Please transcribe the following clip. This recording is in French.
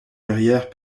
verrières